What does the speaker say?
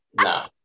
No